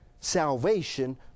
salvation